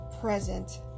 present